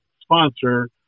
sponsor